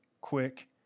quick